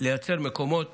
לייצר מקומות